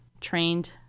trained